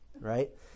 Right